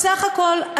בסך הכול,